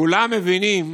כולם מבינים